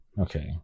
Okay